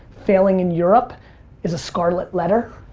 failing in europe is a scarlet letter.